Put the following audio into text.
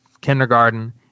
kindergarten